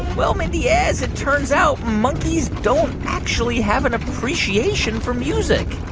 well, mindy, as it turns out, monkeys don't actually have an appreciation for music